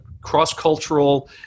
cross-cultural